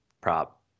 prop